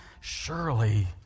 surely